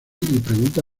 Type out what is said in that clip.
pregunta